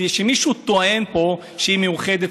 שמישהו טוען פה שהיא מאוחדת,